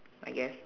I guess